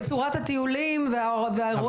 בצורת הטיולים והאירועים.